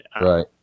right